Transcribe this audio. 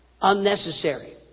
unnecessary